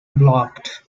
blocked